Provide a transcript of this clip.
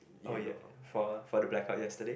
oh yeah for for the blackout yesterday